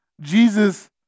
Jesus